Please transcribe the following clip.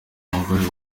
mugore